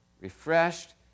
refreshed